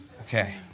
Okay